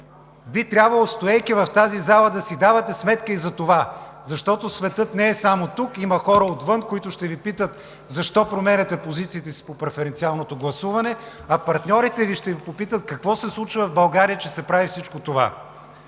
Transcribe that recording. Би трябвало, стоейки в тази зала, да си давате сметка и за това, защото светът не е само тук, има хора отвън, които ще Ви питат защо променяте позициите си по преференциалното гласуване, а партньорите Ви ще попитат какво се случва в България, че се прави всичко това.